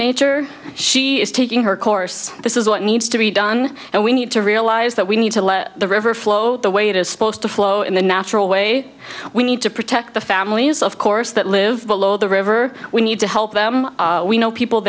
nature she is taking her course this is what needs to be done and we need to realize that we need to let the river flow the way it is supposed to flow in the natural way we need to protect the families of course that live below the river we need to help them we know people